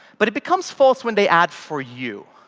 but it becomes false when they add for you.